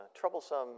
troublesome